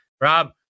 Rob